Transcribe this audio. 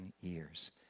years